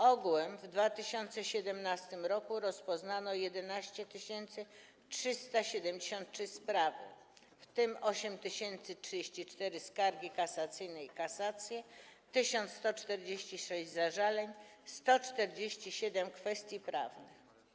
Ogółem w 2017 r. rozpoznano 11 373 sprawy, w tym 8034 skargi kasacyjne i kasacje, 1146 zażaleń, 147 kwestii prawnych.